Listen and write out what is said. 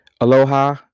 Aloha